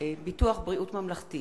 בריאות ממלכתי